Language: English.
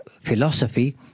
philosophy